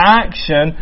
action